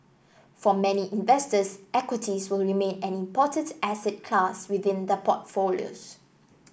for many investors equities will remain an important asset class within their portfolios